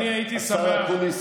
השר אקוניס,